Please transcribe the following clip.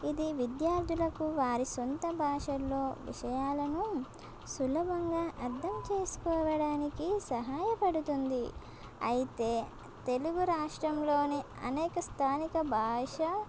ఇది విద్యార్థులకు వారి సొంత భాషల్లో విషయాలను సులభంగా అర్థం చేసుకోవడానికి సహాయపడుతుంది అయితే తెలుగు రాష్ట్రంలోని అనేక స్థానిక భాష